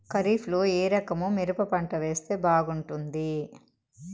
ఖరీఫ్ లో ఏ రకము మిరప పంట వేస్తే బాగుంటుంది